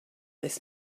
this